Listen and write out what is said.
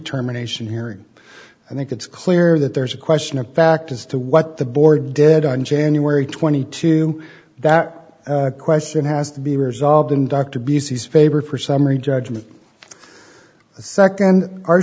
term anation hearing i think it's clear that there's a question of fact as to what the board dead on january twenty two that question has to be resolved in dr b c's favor for summary judgment second